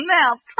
Mel